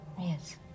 yes